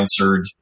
answered